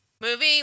movie